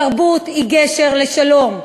תרבות היא גשר לשלום,